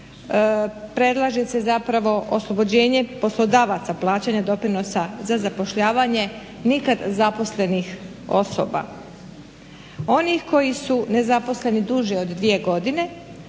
predlaže se zapravo oslobođenje poslodavaca plaćanja doprinosa za zapošljavanje, nikad zaposlenih osoba, onih koji su nezaposleni duže od dvije godine,